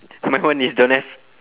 my one is don't have